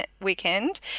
weekend